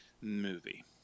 movie